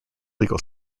legal